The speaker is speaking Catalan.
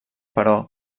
però